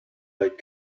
light